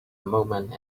moment